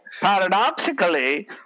paradoxically